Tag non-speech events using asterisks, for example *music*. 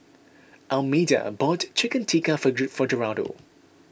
Almeda bought Chicken Tikka for *noise* for Geraldo